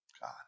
God